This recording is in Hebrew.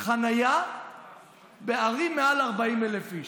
חניה בערים מעל 40,000 איש,